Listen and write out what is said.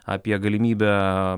apie galimybę